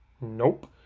Nope